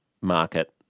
market